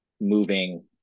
moving